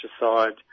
aside